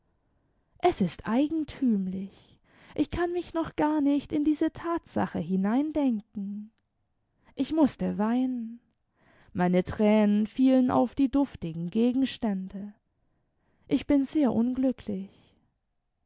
es ist eigentümlich ich kann mich noch gar nicht in diese tatsache hineindenken ich mußte weinen meine tränen fielen auf die duftigen gegenstände ich bin sehr unglücklich